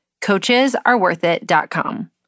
coachesareworthit.com